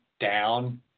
down